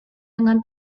dengan